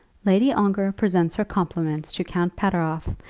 lady ongar presents her compliments to count pateroff,